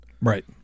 Right